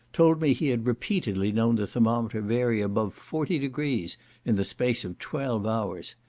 told me he had repeatedly known the thermometer vary above forty degrees in the space of twelve hours.